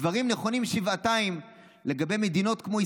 הדברים נכונים שבעתיים לגבי מדינות כמו ישראל,